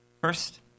first